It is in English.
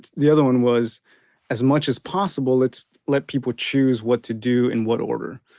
the other one was as much as possible let's let people choose what to do in what order.